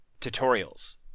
tutorials